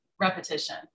repetition